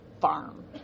farm